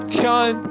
Chun